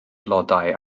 blodau